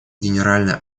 генеральная